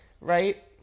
Right